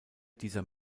dieser